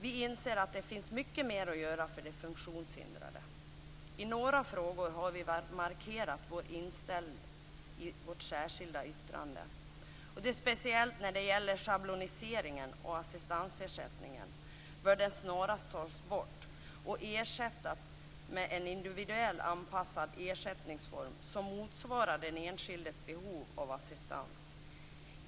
Vi inser att det finns mycket mer att göra för de funktionshindrade. I några frågor har vi markerat vår inställning i vårt särskilda yttrande. Schabloniseringen av assistansersättningen bör snarast tas bort och ersättas med en individuellt anpassad ersättningsform som motsvarar den enskildes behov av assistans.